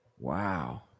Wow